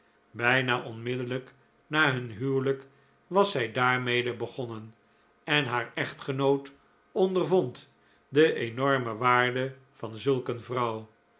bijna onmiddellijk na hun huwelijk was zij daarmee begonnen en haar echtgenoot ondervond de enorme waarde van zulk een vrouw